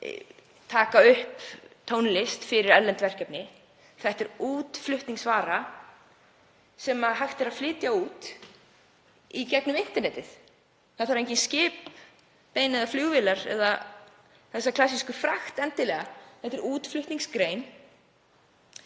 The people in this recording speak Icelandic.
taka upp tónlist fyrir erlend verkefni. Þetta er útflutningsvara sem hægt er að flytja út í gegnum internetið. Það þarf engin skip, eða flugvélar eða þessa klassísku frakt endilega. Þetta er útflutningsgrein.